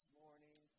morning